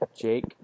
jake